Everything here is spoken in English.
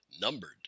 Numbered